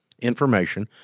information